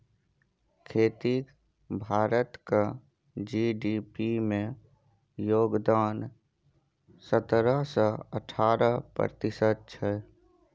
खेतीक भारतक जी.डी.पी मे योगदान सतरह सँ अठारह प्रतिशत छै